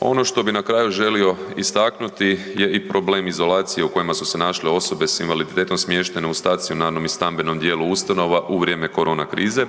Ono što bi nakraju želio istaknuti je i problem izolacije u kojem su se naše osobe s invaliditetom smještene u stacionarnom i stambenom dijelu ustanova u vrijeme korona krize.